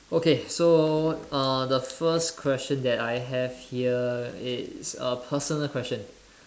okay so uh the first question that I have here it's a personal question